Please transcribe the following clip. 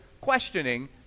questioning